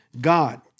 God